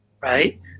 right